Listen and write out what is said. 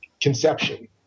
conception